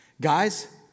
Guys